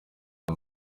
aya